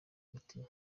umutima